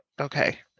Okay